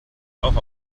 auch